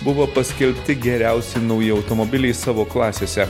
buvo paskelbti geriausi nauji automobiliai savo klasėse